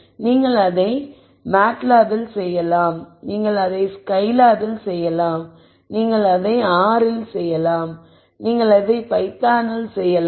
நீங்கள் அதை MATLAB இல் செய்யலாம் நீங்கள் அதை ஸ்கய் லேப் இல் செய்யலாம் நீங்கள் அதை 'r' இல் செய்யலாம் நீங்கள் அதை பைதான் இல் செய்யலாம்